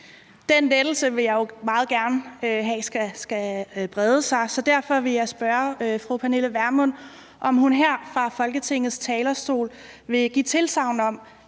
Den lettelse vil jeg jo meget gerne have skal brede sig, så derfor vil jeg spørge fru Pernille Vermund, om hun her fra Folketingets talerstol vil give tilsagn om,